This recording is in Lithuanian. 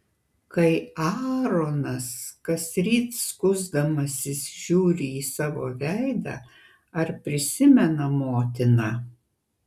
kai aaronas kasryt skusdamasis žiūri į savo veidą ar prisimena motiną